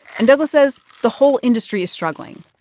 and douglas says the whole industry is struggling,